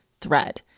THREAD